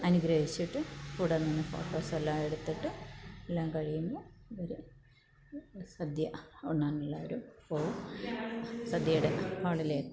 അനുഗ്രഹിച്ചിട്ട് കൂടെ നിന്ന് ഫോട്ടോസ് എല്ലാം എടുത്തിട്ട് എല്ലാം കഴിയുമ്പോൾ അവർ സദ്യ ഉണ്ണാനുള്ളവർ പോവും സദ്യയുടെ ഹാളിൽ